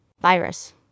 Virus